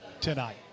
tonight